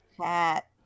Cat